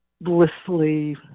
blissfully